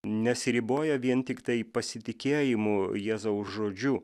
nesiriboja vien tiktai pasitikėjimu jėzaus žodžiu